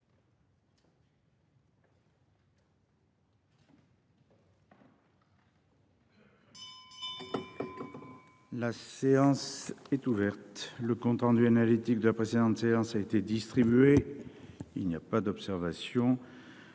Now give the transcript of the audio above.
La séance est ouverte. Le compte rendu analytique de la précédente séance a été distribué. Il n’y a pas d’observation